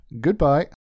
Goodbye